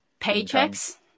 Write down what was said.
paychecks